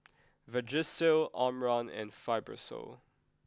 Vagisil Omron and Fibrosol